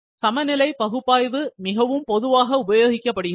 சமநிலை பகுப்பாய்வு மிகவும் பொதுவாக உபயோகிக்கப்படுகிறது